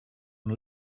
and